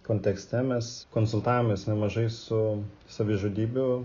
kontekste mes konsultavomės nemažai su savižudybių